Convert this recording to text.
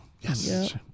yes